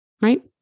right